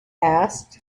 asked